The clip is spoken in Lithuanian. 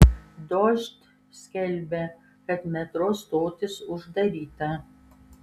dožd skelbia kad metro stotis uždaryta